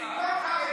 במקום חרדים,